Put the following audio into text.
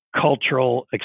Cultural